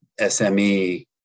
SME